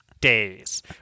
days